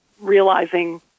realizing